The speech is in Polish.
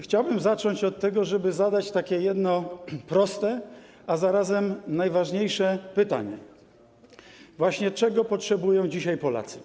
Chciałbym zacząć od tego, żeby zadać takie jedno proste, a zarazem najważniejsze pytanie - właśnie czego potrzebują dzisiaj Polacy.